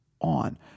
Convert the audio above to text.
on